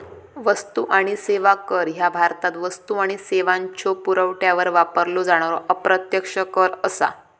वस्तू आणि सेवा कर ह्या भारतात वस्तू आणि सेवांच्यो पुरवठ्यावर वापरलो जाणारो अप्रत्यक्ष कर असा